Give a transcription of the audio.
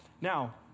Now